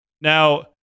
Now